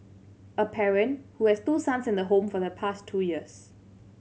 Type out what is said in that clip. a parent who has two sons in the home for the past two years